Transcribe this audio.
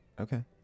Okay